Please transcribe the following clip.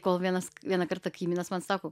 kol vienas vieną kartą kaimynas man sako